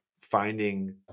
finding